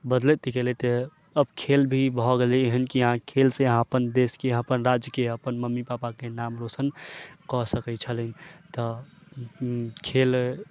बदलैत गेलै तऽ अब खेल भी भऽ गेलै एहन की अहाँ खेलसँ अहाँ अपन देशके अपन राज्यके अपन मम्मी पापाके नाम रौशन कऽ सकै छलै तऽ खेल